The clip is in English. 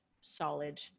solid